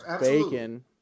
Bacon